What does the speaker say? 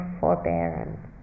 forbearance